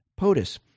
POTUS